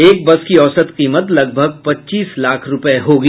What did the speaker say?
एक बस की औसत कीमत लगभग पच्चीस लाख रूपये होगी